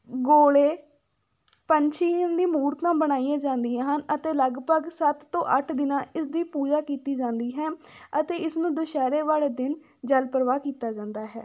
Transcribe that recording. ਗੋਲੇ ਪੰਛੀਆਂ ਦੀਆਂ ਮੂਰਤਾਂ ਬਣਾਈਆਂ ਜਾਂਦੀਆਂ ਹਨ ਅਤੇ ਲਗਭਗ ਸੱਤ ਤੋਂ ਅੱਠ ਦਿਨ ਇਸਦੀ ਪੂਜਾ ਕੀਤੀ ਜਾਂਦੀ ਹੈ ਅਤੇ ਇਸ ਨੂੰ ਦੁਸਹਿਰੇ ਵਾਲੇ ਦਿਨ ਜਲ ਪ੍ਰਵਾਹ ਕੀਤਾ ਜਾਂਦਾ ਹੈ